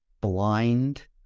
blind